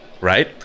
right